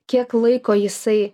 kiek laiko jisai